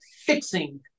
fixing